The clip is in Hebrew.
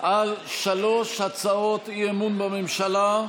על שלוש הצעות אי-אמון בממשלה.